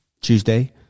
Tuesday